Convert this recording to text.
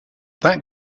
that